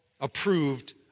approved